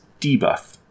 debuff